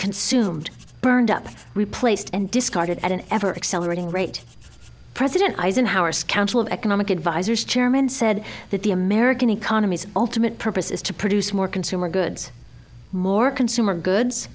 consumed burned up replaced and discarded at an ever excel learning rate president eisenhower's council of economic advisers chairman said that the american economy is ultimate purpose is to produce more consumer goods more consumer goods